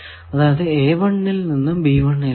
അതായതു ൽ നിന്നും ലേക്ക്